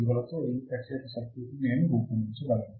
విలువలతో ఈ ప్రత్యేక సర్క్యూట్ను నేను రూపొందించగలను